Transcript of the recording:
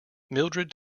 mildred